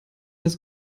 das